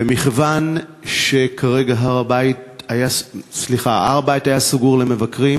ומכיוון שכרגע, הר-הבית היה סגור למבקרים,